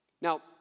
Now